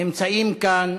נמצאים כאן